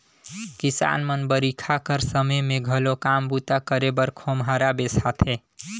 किसान मन बरिखा कर समे मे घलो काम बूता करे बर खोम्हरा बेसाथे